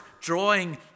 drawing